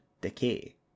decay